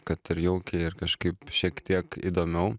kad ir jaukiai ir kažkaip šiek tiek įdomiau